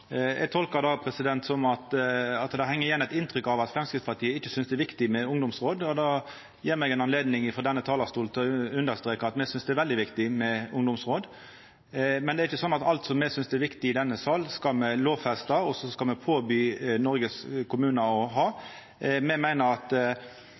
Eg tolkar det som at det heng igjen eit inntrykk av at Framstegspartiet ikkje synest det er viktig med ungdomsråd, og det gjev meg ei anledning til, frå denne talarstolen, å understreka at me synest det er veldig viktig med ungdomsråd, men det er ikkje sånn at alt som me i denne salen synest er viktig, skal me lovfesta og påby kommunane i Noreg å ha. Me meiner at me skal